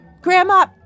Grandma